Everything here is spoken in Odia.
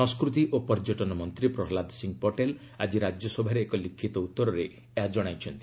ସଂସ୍କୃତି ଓ ପର୍ଯ୍ୟଟନ ମନ୍ତ୍ରୀ ପ୍ରହଲାଦ ସିଂହ ପଟେଲ ଆଜି ରାଜ୍ୟସଭାରେ ଏକ ଲିଖିତ ଉତ୍ତରରେ ଏହା ଜଣାଇଛନ୍ତି